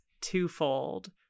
twofold